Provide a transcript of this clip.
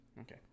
Okay